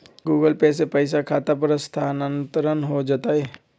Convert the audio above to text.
Google Pay से पईसा खाता पर स्थानानंतर हो जतई?